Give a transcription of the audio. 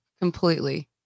completely